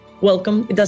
Welcome